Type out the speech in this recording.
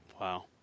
Wow